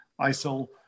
ISIL